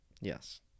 Yes